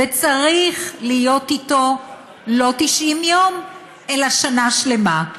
וצריך להיות איתו לא 90 יום אלא שנה שלמה.